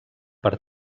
per